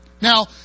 Now